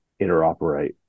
interoperate